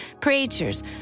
Preachers